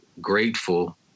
grateful